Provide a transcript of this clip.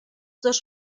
dos